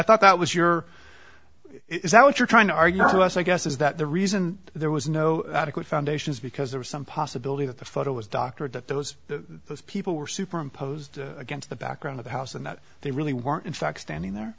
thought that was your is that what you're trying to argue to us i guess is that the reason there was no adequate foundations because there was some possibility that the photo was doctored that there was the people were superimposed against the background of the house and that they really weren't in fact standing there